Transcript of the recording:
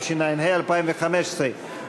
התשע"ה 2015,